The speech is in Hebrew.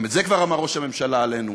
גם את זה כבר אמר ראש הממשלה עלינו,